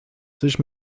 sich